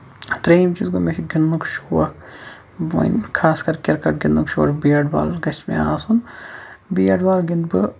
ترٛییُم چھُس بہٕ مےٚ چھُ گِنٛدنُک شوق وۅنۍ خاص کر کِرکٹ گِنٛدنُک شوق بیٹ بال گژھِ مےٚ آسُن بیٹ بال گِنٛدٕ بہٕ